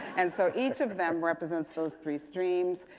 and so each of them represents those three streams.